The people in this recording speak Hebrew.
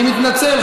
אני מתנצל,